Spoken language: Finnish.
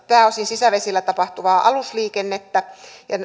pääosin sisävesillä tapahtuvaa alusliikennettä